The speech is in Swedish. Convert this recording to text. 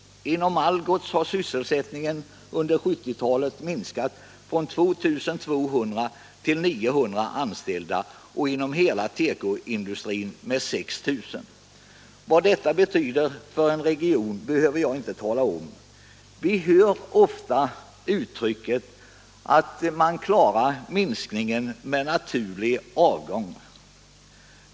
Inom Algots har sysselsättningen under 1970-talet minskat från 2 200 till 900 anställda och inom hela tekoindustrin med 6 000. Vad detta betyder för en region behöver jag inte tala om. Vi hör ofta uttrycket att man klarar minskningen med ”naturlig avgång”.